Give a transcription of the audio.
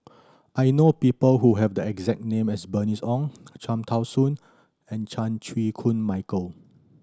I know people who have the exact name as Bernice Ong Cham Tao Soon and Chan Chew Koon Michael